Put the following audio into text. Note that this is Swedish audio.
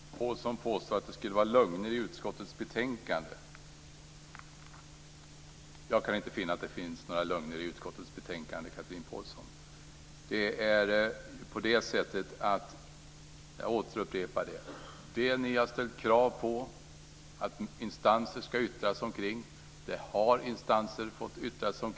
Fru talman! Chatrine Pålsson påstår att det skulle finnas lögner i utskottets betänkande. Jag kan inte se att det finns några lögner i utskottets betänkande. Jag upprepar: Det ni har ställt krav på att instanser ska yttra sig om har instanser fått yttra sig om.